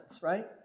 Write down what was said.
Right